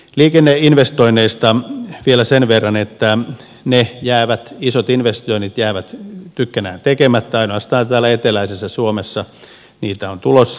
liikenneinvestoinneista vielä sen verran että isot investoinnit jäävät tykkänään tekemättä ainoastaan täällä eteläisessä suomessa niitä on tulossa